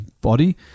body